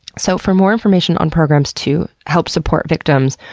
so for more information on programs to help support victims,